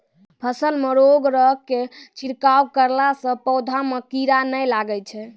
फसल मे रोगऽर के छिड़काव करला से पौधा मे कीड़ा नैय लागै छै?